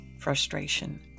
frustration